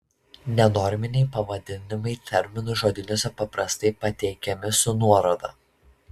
nenorminiai pavadinimai terminų žodynuose paprastai pateikiami su nuoroda